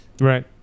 Right